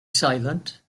silent